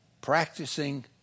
practicing